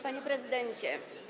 Panie Prezydencie!